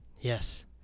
Yes